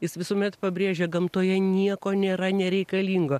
jis visuomet pabrėžia gamtoje nieko nėra nereikalingo